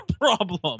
problem